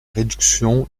réduction